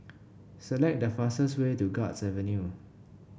select the fastest way to Guards Avenue